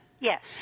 Yes